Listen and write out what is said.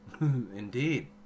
Indeed